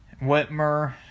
Whitmer